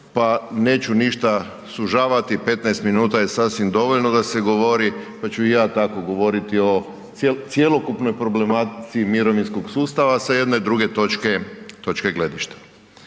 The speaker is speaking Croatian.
pa neću ništa sužavati, 15 minuta je sasvim dovoljno da se govori pa ću i ja tako govoriti o cjelokupnoj problematici mirovinskog sustava sa jedne druge točke gledišta.